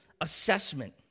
assessment